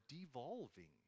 devolving